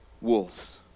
wolves